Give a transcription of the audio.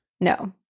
no